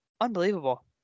Unbelievable